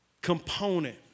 component